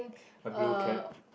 a blue cap